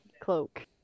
cloak